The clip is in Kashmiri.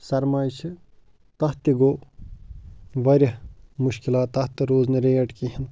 سرمایہِ چھِ تَتھ تہِ گوٚو واریاہ مُشکِلات تَتھ تہٕ روٗز نہٕ ریٹ کِہیٖنۍ